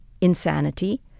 insanity